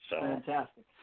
Fantastic